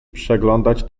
przeglądać